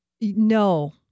no